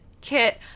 Kit